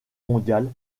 mondiale